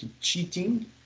cheating